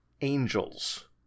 angels